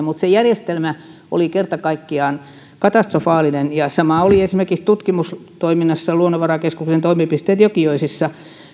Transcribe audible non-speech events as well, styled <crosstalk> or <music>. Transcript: <unintelligible> mutta se järjestelmä oli kerta kaikkiaan katastrofaalinen sama oli esimerkiksi tutkimustoiminnassa luonnonvarakeskuksen toimipisteessä jokioisissa